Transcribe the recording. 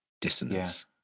dissonance